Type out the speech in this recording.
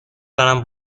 دارند